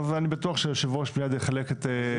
אני בטוח שיושב הראש מיד יחלק את הדיון.